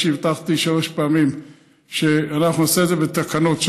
שהבטחתי שלוש פעמים שאנחנו נעשה את זה בתקנות,